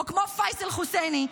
או כמו פייסל חוסייני,